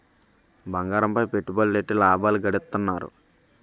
బంగారంపై పెట్టుబడులెట్టి లాభాలు గడిత్తన్నారు